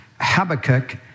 Habakkuk